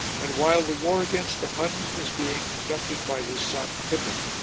and while the war against the huns was being conducted by his son pippin,